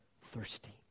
thirsty